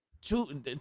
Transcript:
Two